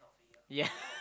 ya